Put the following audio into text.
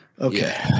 Okay